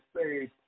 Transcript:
say